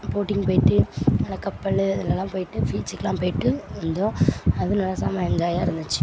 boating போய்ட்டு நல்லா கப்பல் இதுலெலாம் போய்ட்டு பீச்சுக்கெலாம் போய்ட்டு வந்தோம் அதுவும் நல்லா செம்ம என்ஜாயாக இருந்துச்சு